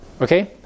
Okay